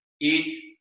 eat